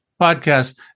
podcast